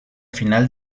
final